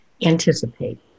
anticipate